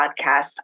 podcast